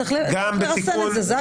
צריך לרסן את זה.